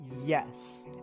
Yes